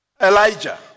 Elijah